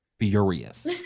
furious